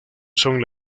son